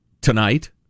tonight